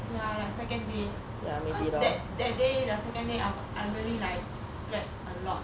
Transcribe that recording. ya like second day cause that that day the second day I'll I really like sweat a lot